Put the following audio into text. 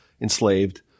Enslaved